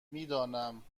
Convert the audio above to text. میدانم